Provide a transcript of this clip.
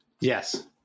Yes